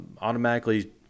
automatically